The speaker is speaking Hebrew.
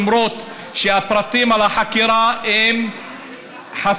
למרות שהפרטים על החקירה חסויים,